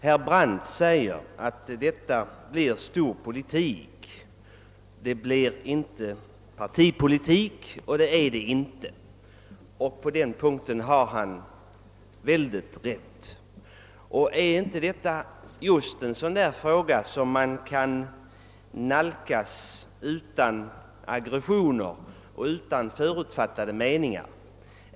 Herr Brandt sade att detta inte är partipolitik, och på den punkten har han fullständigt rätt. Är inte detta en sådan fråga som man kan nalkas utan aggressioner och utan förutfattade meningar?